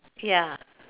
ya